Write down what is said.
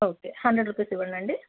okay hundred rupees ఇవ్వండి అండి